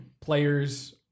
players